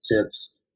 tips